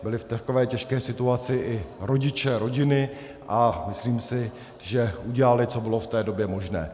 Byli v takové těžké situace i rodiče, rodiny a myslím si, že udělali, co bylo v té době možné.